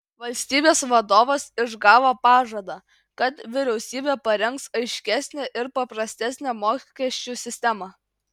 valstybės vadovas išgavo pažadą kad vyriausybė parengs aiškesnę ir paprastesnę mokesčių sistemą